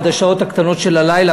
עד השעות הקטנות של הלילה?